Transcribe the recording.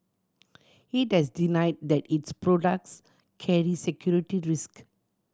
it has denied that its products carry security risk